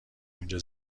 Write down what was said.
اونجا